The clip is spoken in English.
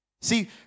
See